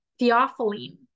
theophylline